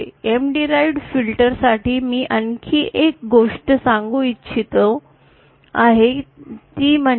M derived filter साठी मी आणखी एक गोष्ट सांगू इच्छित आहे ती म्हणजे